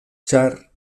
ĉar